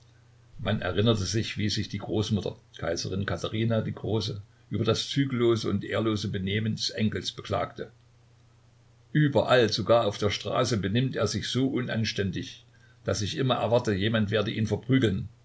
man erinnerte sich wie sich die großmutter kaiserin katharina die große über das zügellose und ehrlose benehmen des enkels beklagte überall sogar auf der straße benimmt er sich so unanständig daß ich immer erwarte jemand werde ihn verprügeln